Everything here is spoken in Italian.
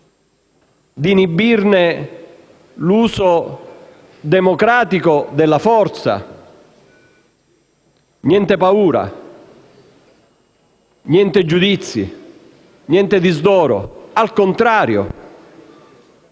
di inibire l'uso democratico della forza. Niente paura. Niente giudizi. Niente disdoro. Al contrario,